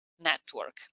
network